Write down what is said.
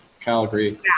Calgary